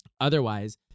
Otherwise